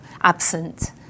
absent